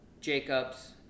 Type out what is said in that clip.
Jacobs